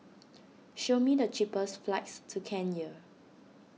show me the cheapest flights to Kenya